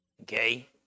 okay